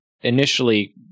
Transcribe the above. initially